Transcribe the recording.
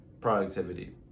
productivity